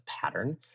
pattern